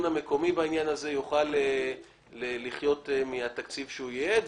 המקומי יוכל לחיות מהתקציב שהוא ייעד.